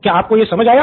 क्या आपको यह समझ आया